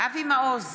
אבי מעוז,